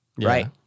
right